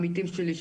העמיתים שלי,